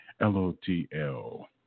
L-O-T-L